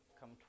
come